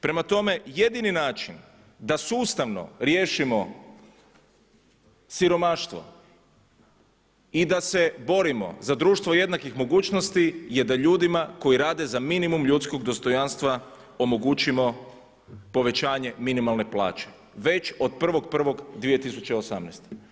Prema tome, jedini način da sustavno riješimo siromaštvo i da se borimo za društvo jednakih mogućnosti, je da ljudima koji rade za minimum ljudskog dostojanstva omogućimo povećanje minimalne plaće, već od 1.1.2018.